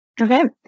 Okay